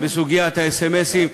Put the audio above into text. בסוגיית הסמ"סים,